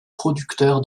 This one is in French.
producteur